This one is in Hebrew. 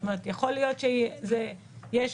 יכול להיות שזה אפילו לא רק לעניין של הקלות.